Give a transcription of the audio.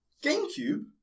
GameCube